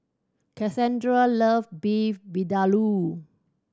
Kassandra love Beef Vindaloo